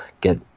get